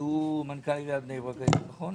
שהוא מנכ"ל עיריית בני ברק, נכון?